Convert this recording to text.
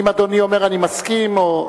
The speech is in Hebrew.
אם אדוני אומר: אני מסכים, כן,